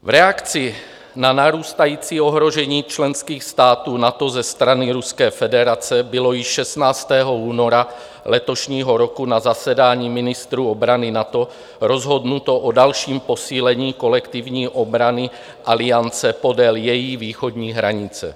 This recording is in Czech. V reakci na narůstající ohrožení členských států NATO ze strany Ruské federace bylo již 16. února letošního roku na zasedání ministrů obrany NATO rozhodnuto o dalším posílení kolektivní obrany aliance podél její východní hranice.